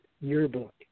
yearbook